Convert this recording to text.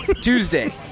Tuesday